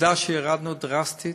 עובדה שירדנו דרסטית,